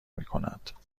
میکند